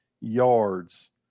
yards